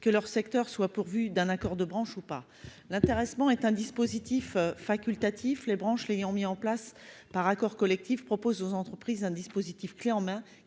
que leur secteur soit pourvu d'un accord de branche ou pas. L'intéressement est un dispositif facultatif. Les branches l'ayant mis en place par accord collectif proposent aux entreprises un dispositif clé en main,